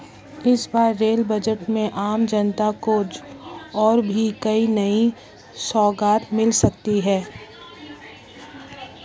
इस बार rail budget में आम जनता को और भी कई नई सौगात मिल सकती हैं